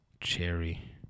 Cherry